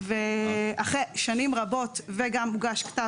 גם אם זה